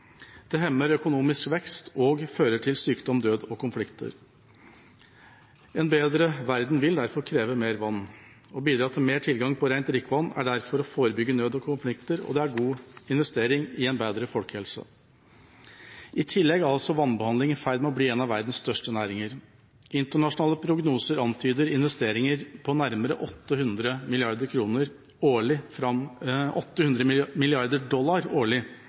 Det hemmer økonomisk vekst og fører til sykdom, død og konflikter. En bedre verden vil derfor kreve mer vann. Å bidra til mer tilgang på rent drikkevann er derfor å forebygge nød og konflikter, og det er god investering i en bedre folkehelse. I tillegg er altså vannbehandling i ferd med å bli en av verdens største næringer. Internasjonale prognoser antyder investeringer på nærmere 800 mrd. dollar årlig fram